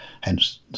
hence